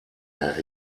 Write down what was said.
der